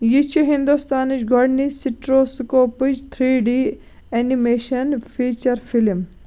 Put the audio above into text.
یہِ چھِ ہنٛدوستانٕچ گۄڈٕنِچ سٕٹرو سٕکوپٕچ three D animation feature film